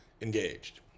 engaged